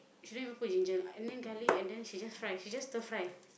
she don't even put ginger and then garlic and then she just try she just stir fry